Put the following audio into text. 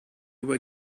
were